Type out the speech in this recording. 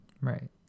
Right